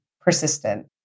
persistent